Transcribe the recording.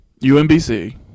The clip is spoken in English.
UMBC